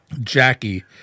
Jackie